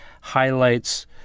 highlights